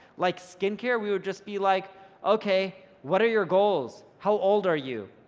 like skincare, we would just be like okay what are your goals, how old are you,